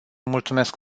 mulțumesc